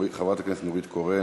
חברת הכנסת נורית קורן,